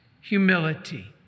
humility